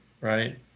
right